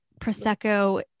Prosecco